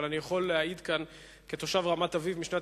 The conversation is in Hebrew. אבל אני יכול להעיד כאן כתושב רמת-אביב משנת